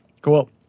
Cool